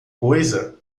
coisa